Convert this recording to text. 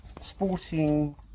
sporting